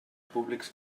públics